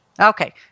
Okay